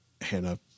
Hannah